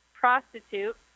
prostitute